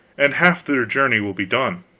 and half their journey will be done.